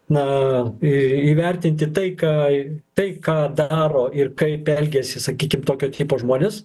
na i įvertinti tai ką tai ką daro ir kaip elgiasi sakykim tokio tipo žmonės